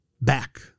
back